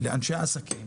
לאנשי עסקים,